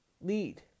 lead